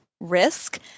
risk